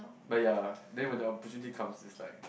but yea then when the opportunity comes is like